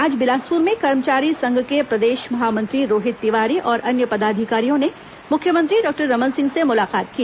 आज बिलासपुर में कर्मचारी संघ के प्रदेश महामंत्री रोहित तिवारी और अन्य पदाधिकारियों ने मुख्यमंत्री डॉक्टर रमन सिंह से मुलाकात की